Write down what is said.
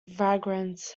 vagrants